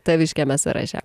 taviškiame sąraše